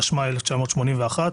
התשמ"א 1981,